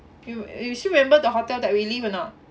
you you still remember the hotel that we live or not